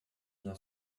bien